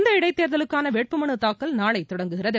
இந்த இடைத்தேர்தலுக்கான வேட்பு மனு தாக்கல் நாளை தொடங்குகிறது